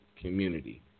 community